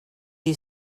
you